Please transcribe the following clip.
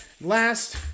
last